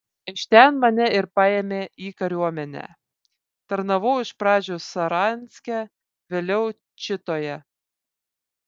iš ten mane ir paėmė į kariuomenę tarnavau iš pradžių saranske vėliau čitoje